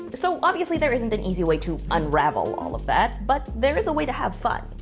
but so obviously there isn't an easy way to unravel all of that, but there is a way to have fun.